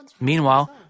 meanwhile